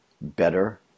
better